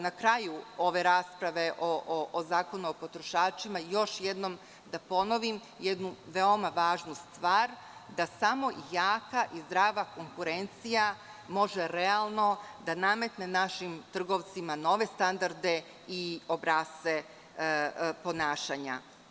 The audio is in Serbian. Na kraju ove rasprave o Zakonu o potrošačima želim još jednom da ponovim jednu veoma važnu stvar – da samo jaka i zdrava konkurencija može realno da nametne našim trgovcima nove standarde i obrasce ponašanja.